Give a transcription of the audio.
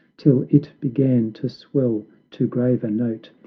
till it began to swell to graver note,